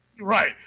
right